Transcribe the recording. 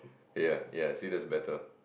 ya ya see that's better